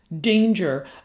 danger